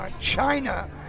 China